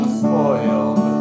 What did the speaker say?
spoiled